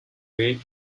weight